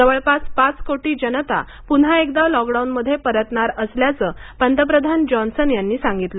जवळपास पाच कोटी जनता पुन्हा एकदा लॉकडाउनमध्ये परतणार असल्याचं पंतप्रधान जॉन्सन यांनी सांगितलं